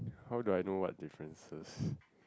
how do I know what differences